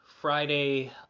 Friday